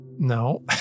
No